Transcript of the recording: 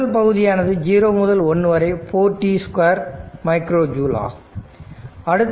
முதல் பகுதியானது 0 முதல் 1 வரை 4t2 மைக்ரோ ஜூல் ஆகும்